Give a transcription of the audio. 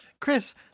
Chris